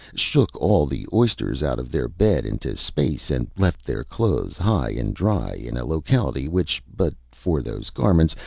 shook all the oysters out of their bed into space, and left their clothes high and dry in a locality which, but for those garments,